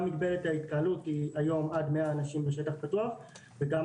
גם מגבלת ההתקהלות היא היום עד 100 אנשים בשטח פתוח וגם